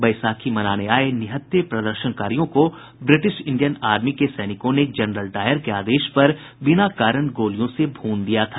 बैशाखी मनाने आए निहत्थे प्रदर्शनकारियों को ब्रिटिश इंडियन आर्मी के सैनिकों ने जनरल डायर के आदेश पर बिना कारण गोलियों से भून दिया था